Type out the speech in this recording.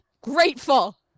grateful